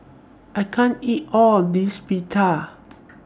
I can't eat All of This Pita